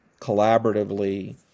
collaboratively